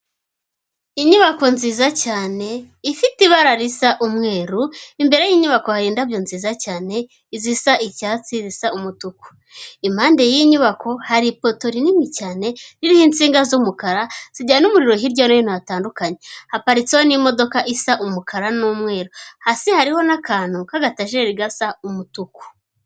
Inyubako nziza cyane ifite ibara risa umweru, imbere y'inyubako hari indabyo nziza cyane, izasa icyatsi, izisa umutuku, impande y'iyi nyubako hari ipoto rinini cyane ririho insinga z'umukara zijyana umuriro hirya no hino hatandukanye, haparitseho n'imodoka isa umukara n'umweru hasi hariho n'akantu k'agatajeri gasa umutuku.